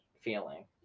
feeling